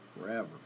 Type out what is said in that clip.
forever